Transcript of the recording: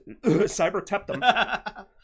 Cyberteptum